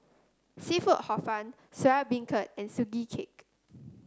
seafood Hor Fun Soya Beancurd and Sugee Cake